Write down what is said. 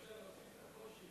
אדוני היושב-ראש,